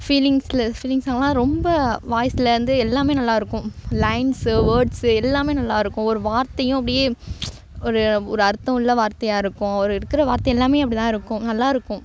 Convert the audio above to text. ஃபீலிங்ஸில் ஃபீலிங்ஸில் எல்லாம் ரொம்ப வாய்ஸ்லேருந்து எல்லாம் நல்லா இருக்கும் லைன்ஸு வேர்ட்ஸு எல்லாம் நல்லா இருக்கும் ஒரு வார்த்தையும் அப்படியே ஒரு ஒரு அர்த்தம் உள்ள வார்த்தையாக இருக்கும் ஒரு இருக்கிற வார்த்தை எல்லாம் அப்படி தான் இருக்கும் நல்லா இருக்கும்